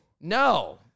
No